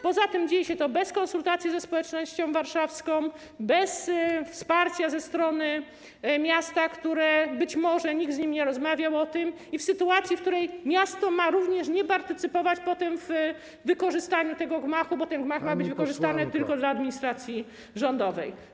Poza tym dzieje się to bez konsultacji ze społecznością warszawską, bez wsparcia ze strony miasta, które być może... nikt z nim z nim nie rozmawiał o tym, w sytuacji, w której miasto ma również nie partycypować potem w wykorzystywaniu tego gmachu, bo ten gmach ma być wykorzystywany tylko dla potrzeb administracji rządowej.